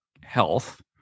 health